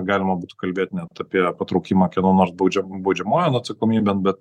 galima būtų kalbėt net apie patraukimą kieno nors baudžia baudžiamojon atsakomybėn bet